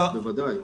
בוודאי.